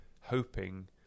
hoping